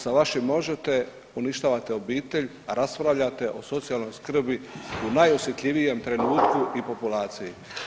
Sa vašim možete uništavate obitelj, a raspravljate o socijalnoj skrbi u najosjetljivijem trenutku i populaciji.